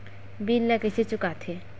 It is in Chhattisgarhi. बिल ला कइसे चुका थे